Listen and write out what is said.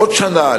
לעוד שנה,